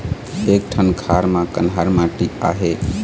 एक ठन खार म कन्हार माटी आहे?